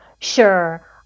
Sure